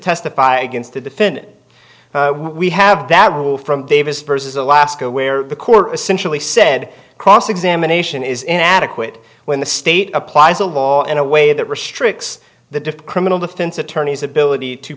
estify against the defendant we have that rule from davis versus alaska where the court essentially said cross examination is inadequate when the state applies the law in a way that restricts the diff criminal defense attorneys ability to